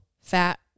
fat